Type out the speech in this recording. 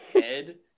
head